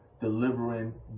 delivering